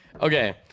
Okay